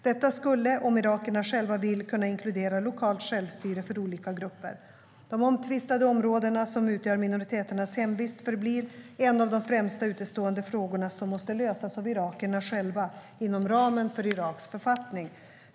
Detta skulle, om irakierna själva vill, kunna inkludera lokalt självstyre för olika grupper.De omtvistade områden som utgör minoriteternas hemvist förblir en av de främsta utestående frågor som måste lösas av irakierna själva inom ramen för Iraks författning.